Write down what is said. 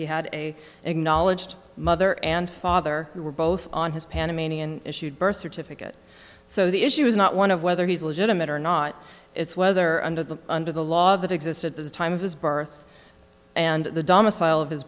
he had an acknowledged mother and father who were both on his panamanian issued birth certificate so the issue is not one of whether he's legitimate or not it's whether under the under the law that exists at the time of his birth and the domicile of his